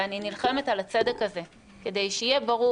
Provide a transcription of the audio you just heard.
ואני נלחמת על הצדק הזה כדי שיהיה ברור